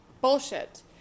bullshit